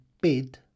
bid